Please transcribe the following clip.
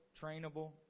trainable